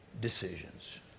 decisions